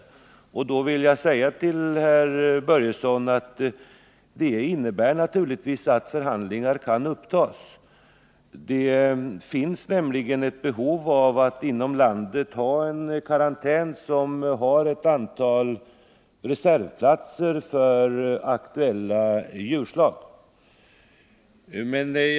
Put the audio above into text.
I det sammanhanget vill jag säga till herr Börjesson att det naturligtvis innebär att förhandlingar kan upptas. Det finns nämligen ett behov av att vi inom landet har en karantän med ett antal reservplatser för aktuella djurslag.